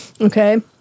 Okay